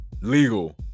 Legal